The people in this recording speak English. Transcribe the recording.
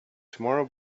tomorrow